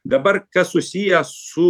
dabar kas susiję su